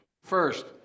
First